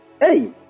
Hey